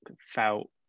felt